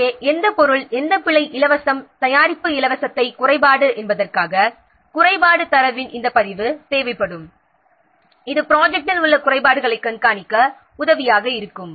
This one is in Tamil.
எனவே எந்த பொருள் எந்த பிழை இலவசம் தயாரிப்பு இலவசத்தை குறைபாடு என்பதற்காக குறைபாடு தரவின் இந்த பதிவு தேவைப்படும் இது ப்ரொஜெக்ட்டில் உள்ள குறைபாடுகளைக் கண்காணிக்க உதவியாக இருக்கும்